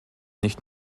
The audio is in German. nicht